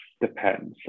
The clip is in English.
depends